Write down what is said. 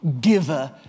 giver